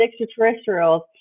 extraterrestrials